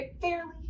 fairly